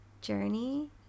Journey